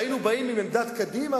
והיינו עם עמדת קדימה,